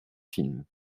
films